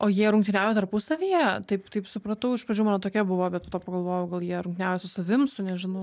o jie rungtyniauja tarpusavyje taip taip supratau iš pradžių mano tokia buvo bet po to pagalvojau gal jie rungtyniauja su savim su nežinau